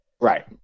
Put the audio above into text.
Right